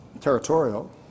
territorial